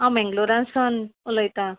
हांव मेंगलोरान सोन उलयतां